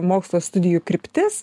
mokslo studijų kryptis